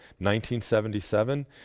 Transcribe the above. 1977